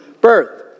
birth